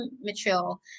Mitchell